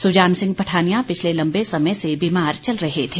सुजान सिंह पठानिया पिछले लंबे समय से बीमार चल रहे थे